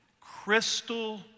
crystal